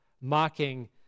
mocking